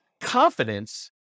confidence